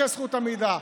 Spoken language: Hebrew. תהיה זכות עמידה,